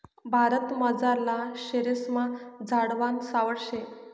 भारतमझारला शेरेस्मा झाडवान सावठं शे